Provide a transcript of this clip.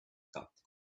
thought